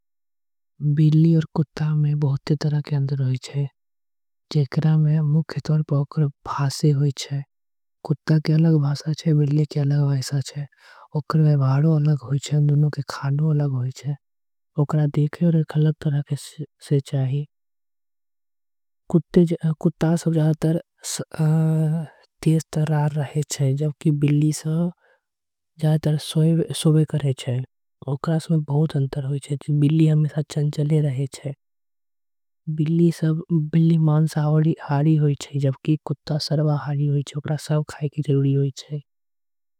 बिल्ली आऊ कुत्ता में कई अंतर होई छे जेकरा में ओकर। भाषा मुख्य होई छे कुत्ता के अलग भाषा छे बिल्ली के। अलग भाषा छे ओकर व्यवहारो अलग छे कुत्ता सबसे। जादा तेज तर्रार रही जबकि बिल्ली ज्यादातर सोए करे छे। ओकर में बहुत अंतर होय छे बिल्ली मांसाहारी होय छे। जबकि कुत्ता सर्वहारी होई छे ओकरा के सब खाय पड़े छे।